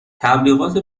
تبلیغات